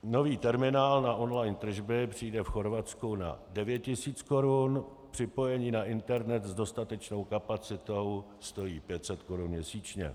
Nový terminál na online tržby přijde v Chorvatsku na 9 tis. korun, připojení na internet s dostatečnou kapacitou stojí 500 korun měsíčně.